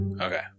Okay